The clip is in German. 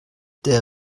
der